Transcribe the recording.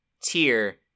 tier